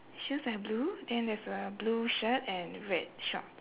shoes are blue then there's a blue shirt and red shorts